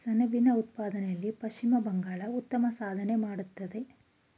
ಸೆಣಬಿನ ಉತ್ಪಾದನೆಯಲ್ಲಿ ಪಶ್ಚಿಮ ಬಂಗಾಳ ಉತ್ತಮ ಸಾಧನೆ ಮಾಡತ್ತದೆ